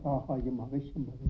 साहाय्यम् अवश्यं भवेत्